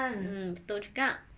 mm betul juga